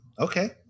Okay